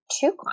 two